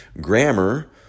grammar